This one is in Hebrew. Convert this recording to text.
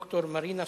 ד"ר מרינה סולודקין,